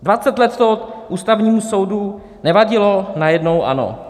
Dvacet let to Ústavnímu soudu nevadilo, najednou ano.